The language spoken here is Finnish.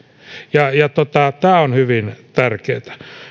tämä on hyvin tärkeätä